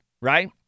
right